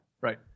right